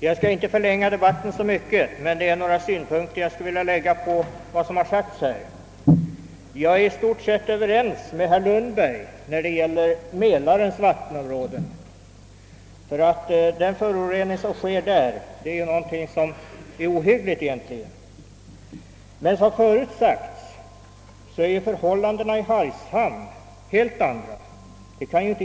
Jag skall inte förlänga debatten så mycket, men med anledning av vad som har sagts vill jag anföra några synpunkter. Jag kan i stort sett instämma i vad herr Lundberg har sagt om Mälarens vattenområde, ty föroreningen där är ohygglig. Förhållandena i Hargshamn är emellertid helt annorlunda.